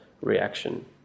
reaction